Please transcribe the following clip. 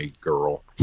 girl